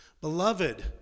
Beloved